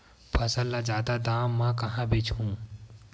फसल ल जादा दाम म कहां बेचहु?